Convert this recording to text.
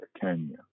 Kenya